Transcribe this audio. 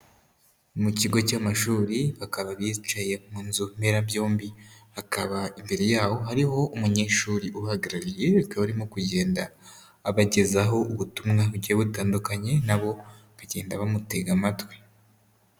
Mu kigo cy'amashuri bakaba bicaye mu nzu mberabyombi, hakaba imbere yaho hariho umunyeshuri uhagarariye, akaba arimo kugenda abagezaho ubutumwa bugiye butandukanye nabo bagenda bamutega amatwi.